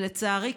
ולצערי,